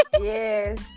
Yes